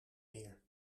meer